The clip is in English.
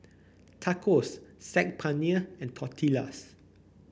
Tacos Saag Paneer and Tortillas